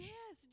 Yes